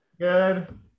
Good